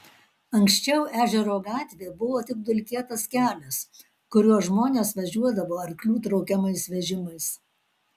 anksčiau ežero gatvė buvo tik dulkėtas kelias kuriuo žmonės važiuodavo arklių traukiamais vežimais